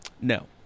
No